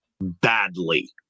badly